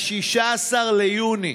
ב-16 ביוני,